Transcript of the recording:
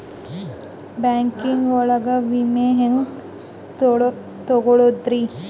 Banking ಒಳಗ ವಿಮೆ ಹೆಂಗ್ ತೊಗೊಳೋದ್ರಿ?